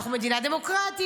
אנחנו מדינה דמוקרטית,